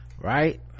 Right